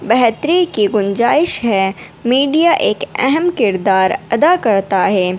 بہتری کی گنجائش ہے میڈیا ایک اہم کردار ادا کرتا ہے